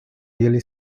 really